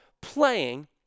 playing